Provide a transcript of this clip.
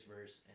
verse